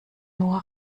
nur